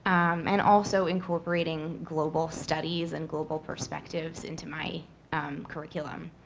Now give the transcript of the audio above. and also incorporating global studies and global perspectives into my curriculum.